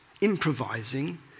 improvising